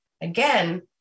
again